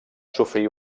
sofrir